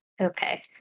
Okay